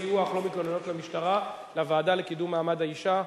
סיוע אך לא מתלוננות במשטרה לוועדה לקידום מעמד האשה.